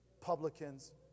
publicans